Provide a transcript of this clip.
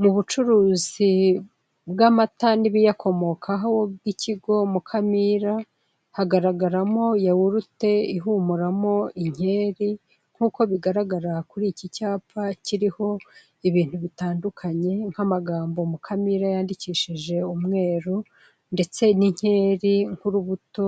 Mu bucuruzi bw'amata n'ibiyakomokago, by'ikigo mukamira, hagaragaramo yawurute ihumuramo inkeri, nk'uko bigaragara kuri iki cyapa kiriho ibintu bitandukanye nk'amagambo mukamira yandikishije umweru, ndetse n'inkeri nk'urubuto